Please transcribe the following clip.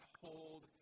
hold